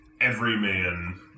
everyman